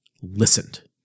listened